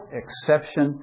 exception